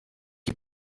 die